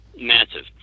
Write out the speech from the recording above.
massive